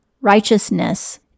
righteousness